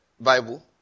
Bible